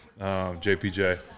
JPJ